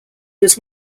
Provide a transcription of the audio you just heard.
was